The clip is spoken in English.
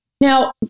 Now